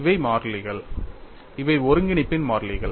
இவை மாறிலிகள் அவை ஒருங்கிணைப்பின் மாறிலிகள்